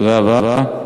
תודה רבה.